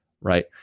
right